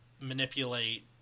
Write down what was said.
manipulate